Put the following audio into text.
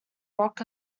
rock